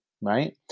right